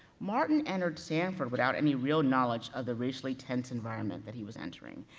martin entered sanford without any real knowledge of the racially tense environment that he was entering.